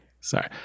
Sorry